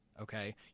Okay